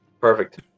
Perfect